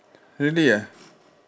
really ah